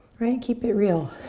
right? keep it real.